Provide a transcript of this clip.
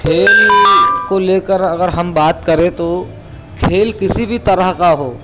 کھیل کو لے کر اگر ہم بات کریں تو کھیل کسی بھی طرح کا ہو